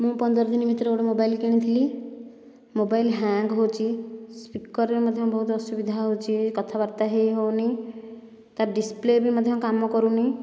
ମୁଁ ପନ୍ଦରଦିନ ଭିତରେ ଗୋଟିଏ ମୋବାଇଲ କିଣିଥିଲି ମୋବାଇଲ ହ୍ୟାଙ୍ଗ ହେଉଛି ସ୍ପିକର୍ରେ ମଧ୍ୟ ବହୁତ ଅସୁବିଧା ହେଉଛି କଥାବାର୍ତ୍ତା ହୋଇ ହେଉନି ତା'ର ଡିସପ୍ଲେ ବି ମଧ୍ୟ କାମ କରୁନି